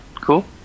cool